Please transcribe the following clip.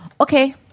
Okay